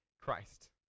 Christ